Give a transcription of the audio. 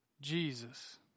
Jesus